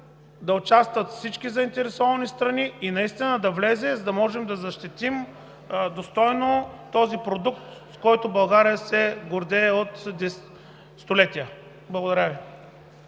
да участват всички заинтересовани страни и наистина да влезе, за да можем да защитим достойно този продукт, с който България се гордее от столетия. Благодаря Ви.